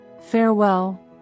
Farewell